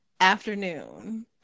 afternoon